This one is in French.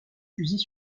fusils